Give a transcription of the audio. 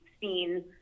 seen